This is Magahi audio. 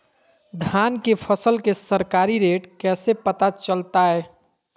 धान के फसल के सरकारी रेट कैसे पता चलताय?